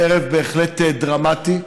ערב בהחלט דרמטי.